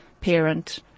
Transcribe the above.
parent